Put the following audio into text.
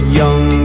young